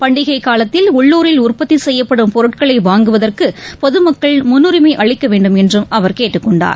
பண்டிகைக் காலத்தில் உள்ளுரில் உற்பத்திச் செய்யப்படும் பொருட்களைவாங்குவதற்குபொதுமக்கள் முன்னுரிமைஅளிக்கவேண்டும் என்றுஅவர் கேட்டுக்கொண்டார்